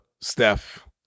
Steph